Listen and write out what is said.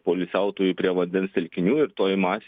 poilsiautojų prie vandens telkinių toj masėj